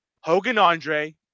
Hogan-Andre